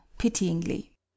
Pityingly